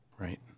Right